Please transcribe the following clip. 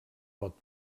pot